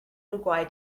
uruguay